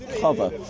cover